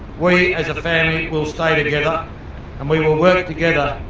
we, as a family, will stay together and we will work together